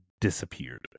disappeared